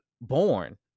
born